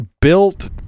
built